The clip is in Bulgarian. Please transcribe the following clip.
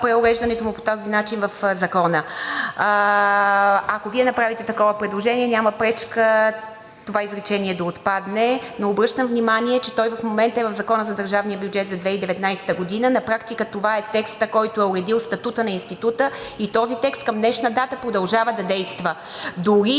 преуреждането му по този начин в Закона. Ако Вие направите такова предложение, няма пречка това изречение да отпадне, но обръщам внимание, че той в момента е в Закона за държавния бюджет за 2019 г. На практика това е текстът, който е уредил статута на Института, и този текст към днешна дата продължава да действа. Дори